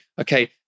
okay